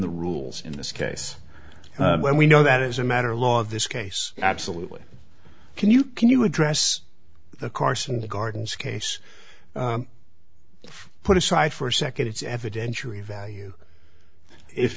the rules in this case when we know that as a matter of law this case absolutely can you can you address the carson the garden's case put aside for a second it's evidentiary value if